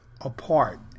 apart